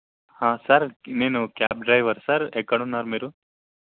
sir నేను cab driver sir ఎక్కడ ఉన్నారు మీరు